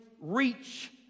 reach